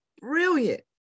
brilliant